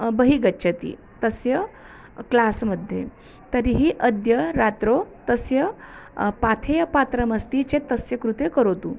बहिः गच्छति तस्य क्लास् मध्ये तर्हि अद्य रात्रौ तस्य पाथेयपात्रमस्ति चेत् तस्य कृते करोतु